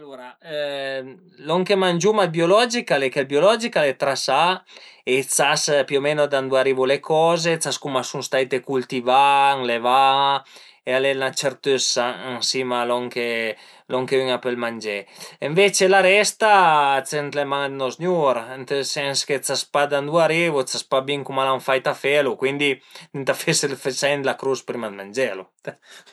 Alura lon che mangiuma dë biologich al e ch'ël biologich al e trasà e sas più o menu da ëndura arivu le coze, sas cume a sun staite cultivà, ënlevà e al e 'na certëssa ën sima a lon che a lon che ün a pöl mangé, ënvece la resta ses ën le man dë nost Zgnur ënt ël sens che sas pa da ëndua arivu, sas pa bin cum al an fait a felu, cuindi ëntà fese ël segn dë la crus prima dë mangelu